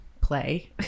play